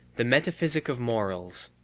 the metaphysic of morals.